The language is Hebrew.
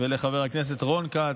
ולחבר הכנסת רון כץ.